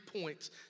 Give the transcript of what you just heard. points